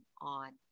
on